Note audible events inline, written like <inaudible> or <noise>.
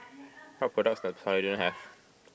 what products does <noise> Polident have